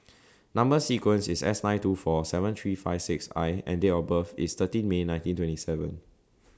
Number sequence IS S nine two four seven three five six I and Date of birth IS thirteen May nineteen twenty seven